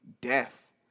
death